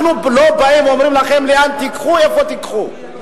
אנחנו לא באים ואומרים לכם לאן תיקחו, איפה תיקחו.